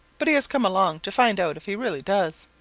but he has come along to find out if he really does.